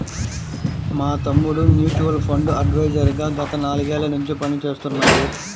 మా తమ్ముడు mutual fund adviser గా గత నాలుగేళ్ళ నుంచి పనిచేస్తున్నాడు